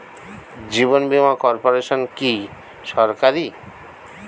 জীবন বীমা কর্পোরেশন কি সরকারি?